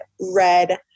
red